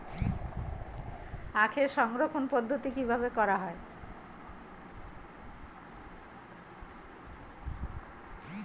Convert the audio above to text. আখের সংরক্ষণ পদ্ধতি কিভাবে করা হয়?